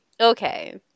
okay